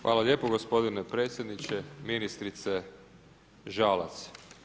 Hvala lijepo gospodine predsjedniče, ministrice Žalac.